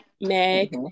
meg